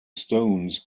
stones